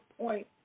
point